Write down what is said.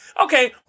Okay